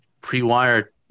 pre-wired